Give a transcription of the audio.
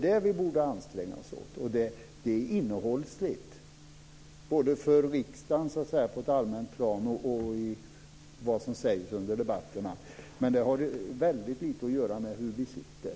Det vi borde ägna oss åt att är att diskutera innehållet i riksdagen på ett allmänt plan och vad som sägs under debatterna. Det har väldigt lite att göra med hur vi sitter.